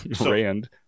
Rand